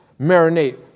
marinate